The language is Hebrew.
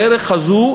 בדרך הזו,